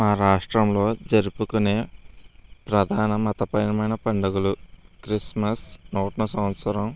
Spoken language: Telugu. మా రాష్ట్రంలో జరుపుకునే ప్రధాన మతపరపైన పండుగలు క్రిస్మస్ నూతన సంవత్సరం